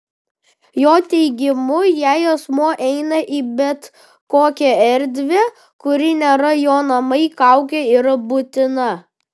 jo teigimu jei asmuo eina į bet kokią erdvę kuri nėra jo namai kaukė yra būtina